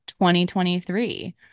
2023